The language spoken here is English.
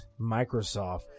Microsoft